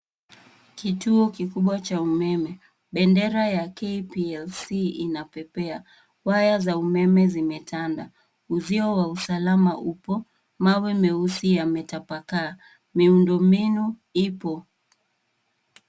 Kituo kikubwa cha umeme. Bendera ya KPLC inapepea. Waya za umeme zimetanda. Uzio wa usalama upo. Mawe meusi yametapakaa. Miundombinu ipo.